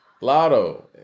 Lotto